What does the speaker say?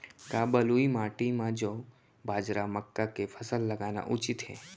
का बलुई माटी म जौ, बाजरा, मक्का के फसल लगाना उचित हे?